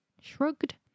shrugged